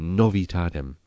novitatem